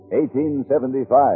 1875